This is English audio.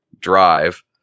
drive